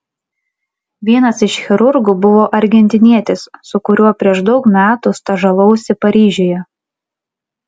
vienas iš chirurgų buvo argentinietis su kuriuo prieš daug metų stažavausi paryžiuje